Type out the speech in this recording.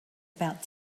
about